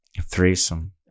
threesome